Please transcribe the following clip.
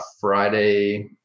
Friday